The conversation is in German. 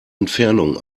entfernung